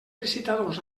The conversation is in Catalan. licitadors